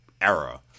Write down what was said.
era